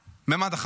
המימד.